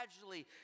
gradually